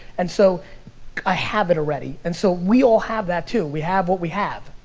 and so i have it already. and so we all have that too, we have what we have.